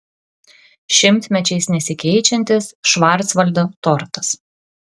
šimtmečiais nesikeičiantis švarcvaldo tortas